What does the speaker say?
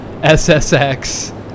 SSX